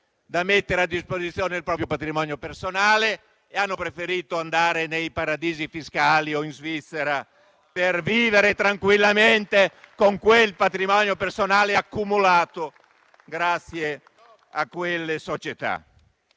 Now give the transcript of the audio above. dal mettere a disposizione il proprio patrimonio personale, preferendo andare nei paradisi fiscali o in Svizzera, per vivere tranquillamente con il patrimonio personale accumulato grazie a quelle società.